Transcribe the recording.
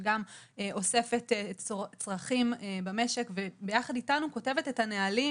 שגם אוספת צרכים במשק וביחד איתנו כותבת את הנהלים.